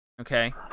Okay